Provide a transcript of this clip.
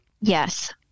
Yes